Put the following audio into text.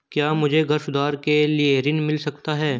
क्या मुझे घर सुधार के लिए ऋण मिल सकता है?